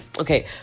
Okay